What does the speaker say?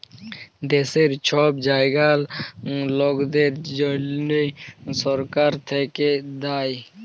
দ্যাশের ছব জয়াল লকদের জ্যনহে ছরকার থ্যাইকে দ্যায়